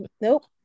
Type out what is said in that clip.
Nope